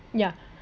yeah